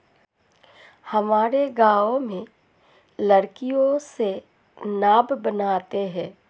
हमारे गांव में लकड़ियों से नाव बनते हैं